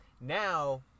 now